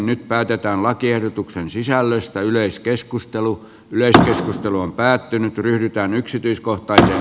nyt päätetään lakiehdotuksen sisällöstä yleiskeskustelu yleensä keskustelu on päättynyt ryhdytään yksityiskohtaisia